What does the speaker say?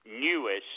newest